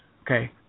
Okay